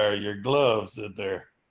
ah your gloves and there